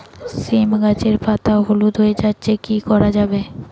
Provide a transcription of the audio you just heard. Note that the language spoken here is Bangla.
সীম গাছের পাতা হলুদ হয়ে যাচ্ছে কি করা যাবে?